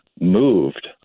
moved